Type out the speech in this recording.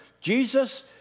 Jesus